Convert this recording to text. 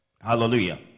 Hallelujah